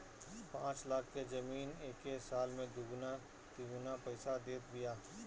पाँच लाख के जमीन एके साल में दुगुना तिगुना पईसा देत बिया